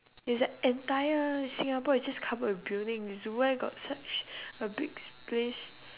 is the entire singapore is just covered with buildings where got such a big space